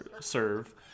serve